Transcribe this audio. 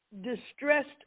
distressed